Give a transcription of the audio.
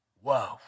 Whoa